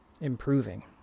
improving